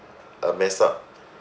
a mess-up